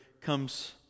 comes